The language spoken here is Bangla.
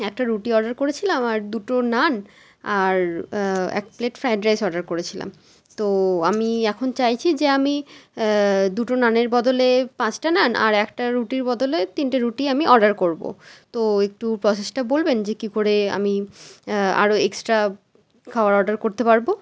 একটা রুটি অর্ডার করেছিলাম আর দুটো নান আর এক প্লেট ফ্রায়েড রাইস অর্ডার করেছিলাম তো আমি এখন চাইছি যে আমি দুটো নানের বদলে পাঁচটা নান আর একটা রুটির বদলে ওই তিনটে রুটি আমি অর্ডার করবো তো একটু প্রসেসটা বলবেন যে কী করে আমি আরও এক্সট্রা খাওয়ার অর্ডার করতে পারবো